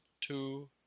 two